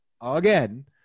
again